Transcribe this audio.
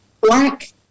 black